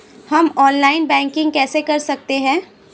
हम online banking कैसे कर सकते हैं?